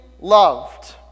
loved